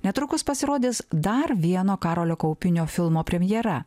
netrukus pasirodys dar vieno karolio kaupinio filmo premjera